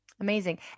Amazing